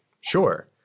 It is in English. sure